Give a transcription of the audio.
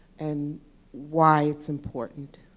and why it's important.